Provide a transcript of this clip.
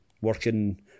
Working